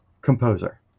composer